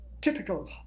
typical